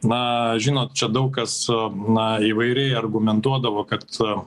na žinot čia daug kas na įvairiai argumentuodavo kad